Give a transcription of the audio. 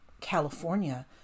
California